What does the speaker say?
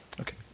Okay